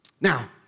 Now